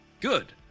good